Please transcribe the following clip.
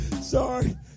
Sorry